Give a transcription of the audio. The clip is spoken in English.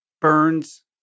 Burns